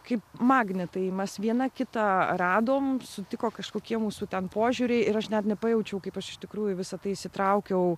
kaip magnetai mes viena kitą radom sutiko kažkokie mūsų ten požiūriai ir aš net nepajaučiau kaip aš iš tikrųjų į visa tai įsitraukiau